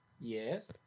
Yes